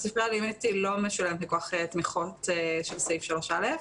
הספרייה הלאומית לא משולמת מכוח תמיכות של סעיף 3(א).